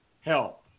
help